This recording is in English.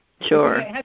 Sure